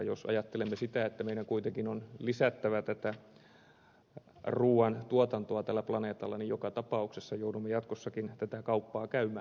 jos ajattelemme sitä että meidän kuitenkin on lisättävä tätä ruuantuotantoa tällä planeetalla niin joka tapauksessa joudumme jatkossakin tätä kauppaa käymään